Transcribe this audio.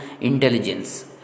intelligence